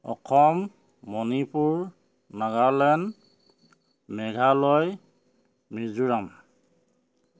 Assam Manipur Nagaland Meghalaya Mizoram